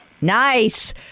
nice